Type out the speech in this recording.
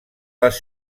les